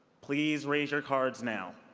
please raise your cards now.